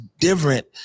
different